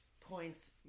points